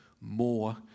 more